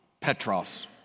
Petros